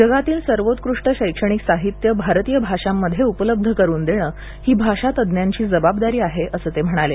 जगातील सर्वोत्कृष्ट शैक्षणिक साहित्य भारतीय भाषांमध्ये उपलब्ध करून देणे ही भाषा तज्ञांची जबाबदारी आहे असे ते म्हणाले